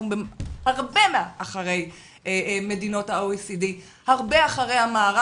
אנחנו הרבה אחרי מדינות ה-OECD, הרבה אחרי המערב.